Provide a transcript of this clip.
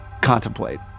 contemplate